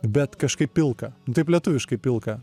bet kažkaip pilka nu taip lietuviškai pilka